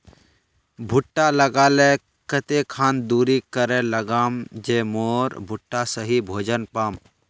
भुट्टा लगा ले कते खान दूरी करे लगाम ज मोर भुट्टा सही भोजन पाम?